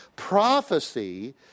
Prophecy